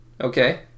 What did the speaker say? okay